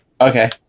Okay